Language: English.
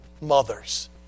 mothers